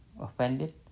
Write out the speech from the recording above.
offended